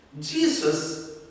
Jesus